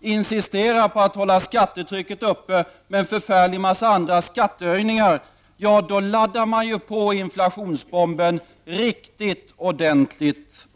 insisterade regeringen på att hålla skattetrycket uppe med en förfärlig mängd andra skattehöjningar, som ledde till att regeringen eldade på inflationsbomben riktigt ordentligt.